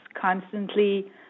constantly